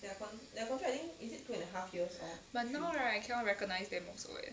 but now right I cannot recognise them also eh